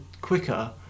quicker